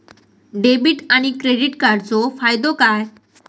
Debit आणि credit कार्डचो फायदो काय?